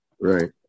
right